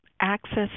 access